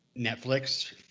Netflix